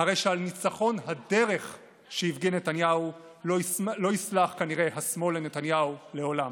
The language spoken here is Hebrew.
הרי שעל ניצחון הדרך שהפגין נתניהו לא יסלח כנראה השמאל לנתניהו לעולם.